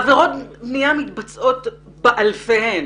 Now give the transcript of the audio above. עבירות בניה מתבצעות באלפים,